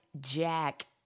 Jack